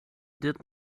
did